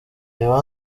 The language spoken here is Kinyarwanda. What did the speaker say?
reba